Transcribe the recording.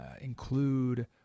include